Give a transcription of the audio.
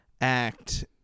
act